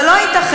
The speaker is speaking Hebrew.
זה לא ייתכן.